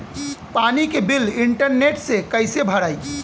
पानी के bill internet से कइसे भराई?